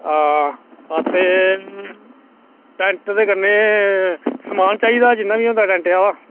हां हां ते टैंट ते कन्नै समान चाहिदा जिन्ना बी होंदा टैंटे आह्ला